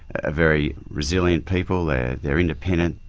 ah very resilient people. they're they're independent.